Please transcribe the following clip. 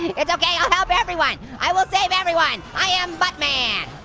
it's okay, i'll help everyone. i will save everyone. i am buttman.